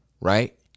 right